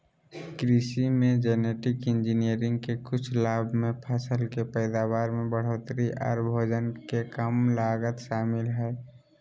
कृषि मे genetic engineering के कुछ लाभ मे फसल के पैदावार में बढ़ोतरी आर भोजन के कम लागत शामिल हय